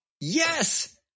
yes